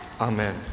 Amen